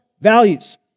values